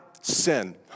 sin